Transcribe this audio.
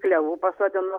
klevų pasodinu